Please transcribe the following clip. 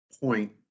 point